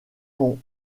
sont